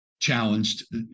challenged